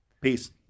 peace